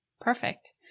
Perfect